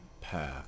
path